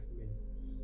minutes